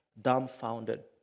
dumbfounded